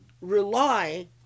rely